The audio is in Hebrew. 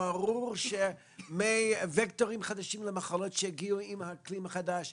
ברור שמווקטורים חדשים למחלות שהגיעו עם האקלים החדש,